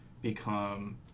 become